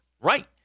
Right